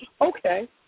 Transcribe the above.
Okay